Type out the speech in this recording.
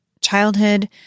childhood